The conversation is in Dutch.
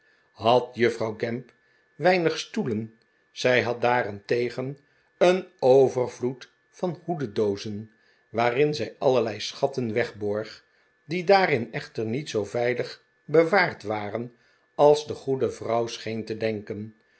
had juffrouw gamp weinig stoelen zij had daarentegen een overvloed van hoededoozen waarin zij allerlei schatten wegborg die daarin echter niet zoo veilig bewaard waren als de goede vrouw scheen te denken